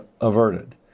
averted